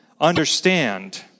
understand